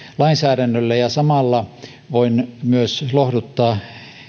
lainsäädännöllä samalla voin myös lohduttaa